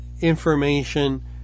Information